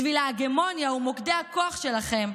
בשביל ההגמוניה ומוקדי הכוח שלכם,